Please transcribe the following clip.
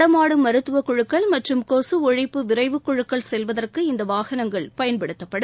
நடமாடும் மருத்துவக்குழுக்கள் மற்றும் கொசு ஒழிப்பு விரைவுக்குழுக்கள் செல்வதற்கு இந்த வாகனங்கள் பயன்படுத்தப்படும்